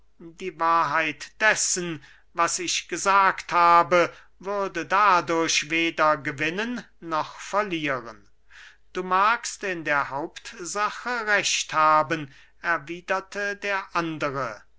die wahrheit dessen was ich gesagt habe würde dadurch weder gewinnen noch verlieren du magst in der hauptsache recht haben erwiederte der andere